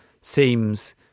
seems